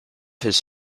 his